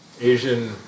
Asian